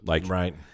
Right